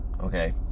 okay